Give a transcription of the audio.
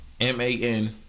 M-A-N